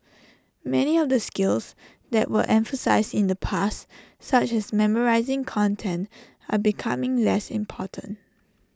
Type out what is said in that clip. many of the skills that were emphasised in the past such as memorising content are becoming less important